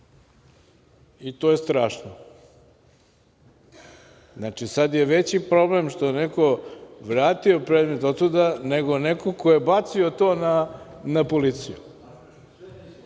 i to je strašno. Znači, sad je veći problem što je neko vratio predmet otuda, nego neko ko je bacio to na policiju.